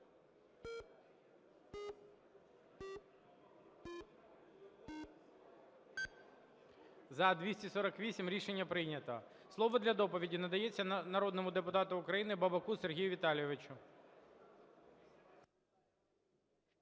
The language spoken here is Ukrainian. За – 248 Рішення прийнято. Слово для доповіді надається народному депутату України Бабаку Сергію Віталійовичу.